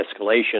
escalation